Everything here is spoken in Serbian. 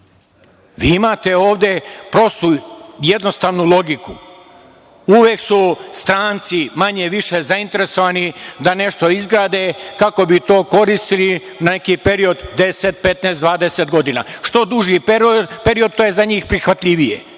Vi imate ovde prostu i jednostavnu logiku, uvek su stranci manje-više zainteresovani da nešto izgrade kako bi to koristili na neki period 10, 15, 20 godina. Što duži period, to je za njih prihvatljivije,